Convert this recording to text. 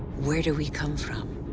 where do we come from?